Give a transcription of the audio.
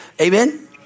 Amen